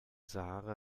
sahara